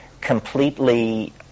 completely